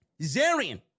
Zarian